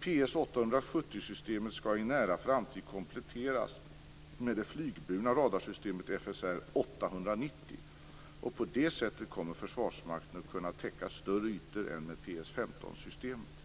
PS 870-systemet skall i nära framtid kompletteras med det flygburna radarsystemet FSR 890. På det sättet kommer Försvarsmakten att kunna täcka större ytor än med PS 15-systemet.